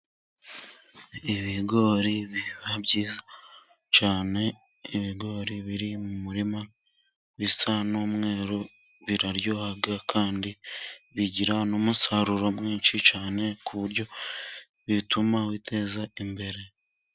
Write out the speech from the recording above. Ibigori biba byiza cyane. Ibigori biri mu murima bisa n'umweru. Biraryoha kandi bigira n'umusaruro mwinshi cyane ku buryo bituma witeza imbere.